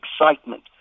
excitement